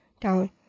down